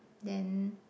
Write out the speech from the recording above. then